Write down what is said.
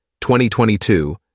2022